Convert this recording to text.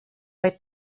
bei